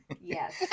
Yes